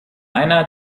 einer